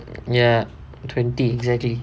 ya twenty exactly